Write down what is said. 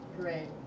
Great